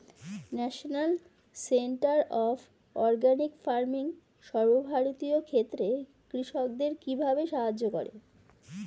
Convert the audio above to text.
National centre of organic farming সর্বভারতীয় ক্ষেত্রে কৃষকদের কিভাবে সাহায্য করে?